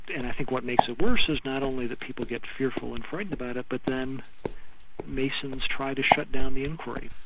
and i think what makes it worse is not only that people get fearful and frightened about it, but then masons try to shut down the inquiry.